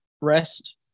rest